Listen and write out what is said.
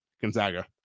Gonzaga